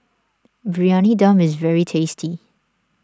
Briyani Dum is very tasty